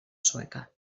sueca